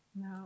No